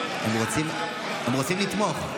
הם רוצים לתמוך.